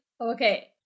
Okay